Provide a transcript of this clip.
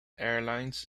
airlines